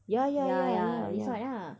ya ya ya ya ya ya